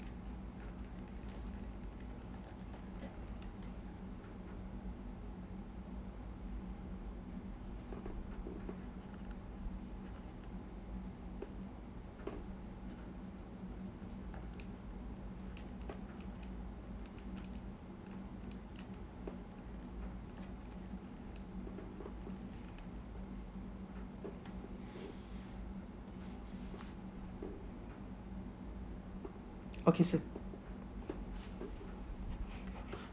okay sir